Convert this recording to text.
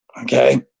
Okay